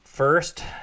First